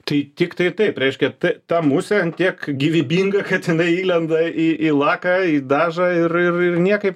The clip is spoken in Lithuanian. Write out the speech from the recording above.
tai tiktai taip reiškia ta musė ant tiek gyvybinga kad jinai įlenda į laką į dažą ir niekaip oho